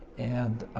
and,